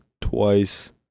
twice